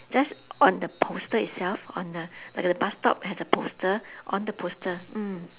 that's on the poster itself on the like the bus stop has a poster on the poster mm